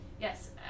Yes